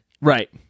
right